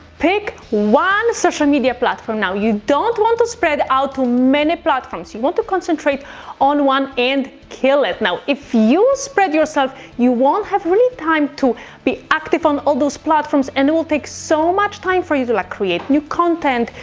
pick one social media platform now, you don't want to spread out too many platforms. you want to concentrate on one and kill it. now, if you spread yourself, you won't have really time to be active on all those platforms. and it will take so much time for you to ah create new content,